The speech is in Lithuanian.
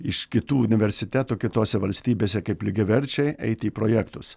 iš kitų universitetų kitose valstybėse kaip lygiaverčiai eiti į projektus